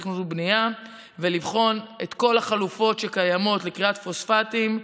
לתכנון ובנייה ולבחון את כל החלופות הקיימות לכריית פוספטים.